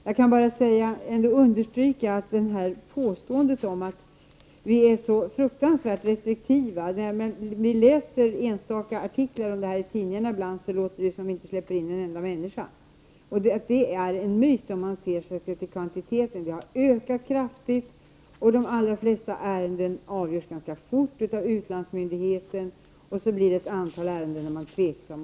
Jag vill bara understryka påståendet att vi i Sverige är så fruktansvärt restriktiva är fel. När man läser enstaka artiklar i tidningarna låter det där som om vi inte släppte in en enda människa. Det är en myt. Om man ser till kvantiteten har antalet ärenden ökat kraftigt, och de allra flesta ärenden avgörs ganska fort av utlandsmyndigheten. Sedan blir det kvar ett antal ärenden där man är tveksam.